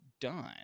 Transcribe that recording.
done